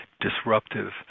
disruptive